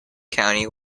county